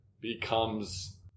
becomes